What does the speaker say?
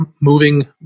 moving